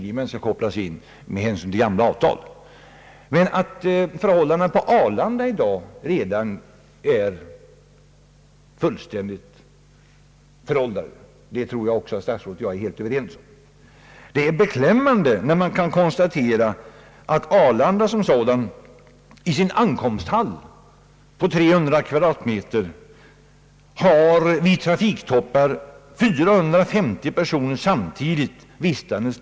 Jag skall i dag, herr talman, lämna brommafrågan därhän; man begär ju nu att skiljemän skall kopplas in med hänsyn till gamla avtal. Det är beklämmande att konstatera att i Arlandas ankomsthall på 300 m? vid trafiktoppar 450 personer vistas samtidigt.